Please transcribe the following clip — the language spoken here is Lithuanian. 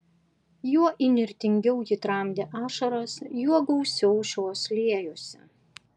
juo įnirtingiau ji tramdė ašaras juo gausiau šios liejosi